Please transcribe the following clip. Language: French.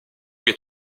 est